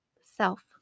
self